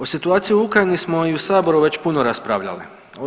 O situaciji u Ukrajini smo i u Saboru već puno raspravljali.